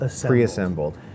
pre-assembled